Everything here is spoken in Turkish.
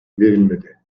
verilmedi